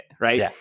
right